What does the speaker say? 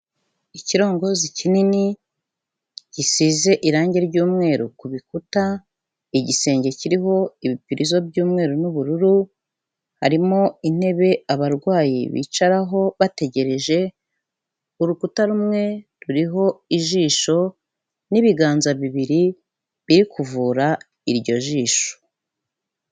Ikirongozi kinini, gisize irangi ry'umweru ku bikuta, igisenge kiriho ibipirizo by'umweru n'ubururu, harimo intebe abarwayi bicaraho bategereje, urukuta rumwe ruriho ijisho n'ibiganza bibiri biri kuvura iryo jisho.